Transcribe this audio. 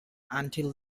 until